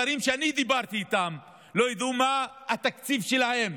שרים שאני דיברתי איתם לא ידעו מה התקציב שלהם